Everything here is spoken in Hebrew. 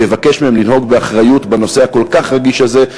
ויבקש מהם לנהוג באחריות בנושא הכל-כך רגיש הזה,